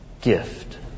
gift